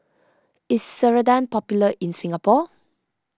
is Ceradan popular in Singapore